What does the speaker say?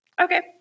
Okay